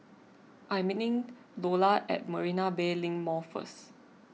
I am meeting Lola at Marina Bay Link Mall first